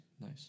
nice